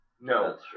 No